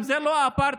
אם זה לא אפרטהייד,